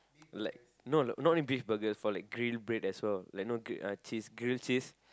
like no not in beef burger more like grill bread as well like not grilled cheese grill cheese like